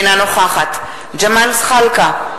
אינה נוכחת ג'מאל זחאלקה,